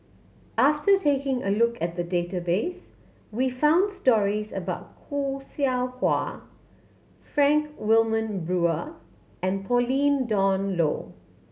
after taking a look at the database we found stories about Khoo Seow Hwa Frank Wilmin Brewer and Pauline Dawn Loh